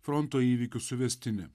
fronto įvykių suvestinę